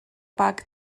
bag